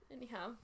Anyhow